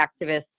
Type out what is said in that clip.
activists